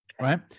right